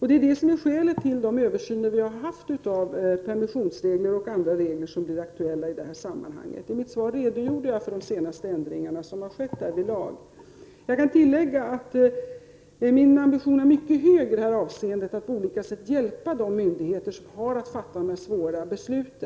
Detta är skälet till de översyner som har genomförts av permissionsregler och andra regler som är aktuella i det här sammanhanget. I mitt svar redogjorde jag för de senaste ändringarna som har gjorts därvidlag. Jag kan tilllägga att min ambition är mycket hög i detta avseende, dvs. att på olika sätt hjälpa de myndigheter som har att fatta dessa svåra beslut.